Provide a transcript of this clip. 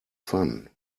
fun